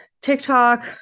TikTok